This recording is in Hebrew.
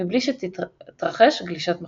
מבלי שתתרחש גלישת מחסנית.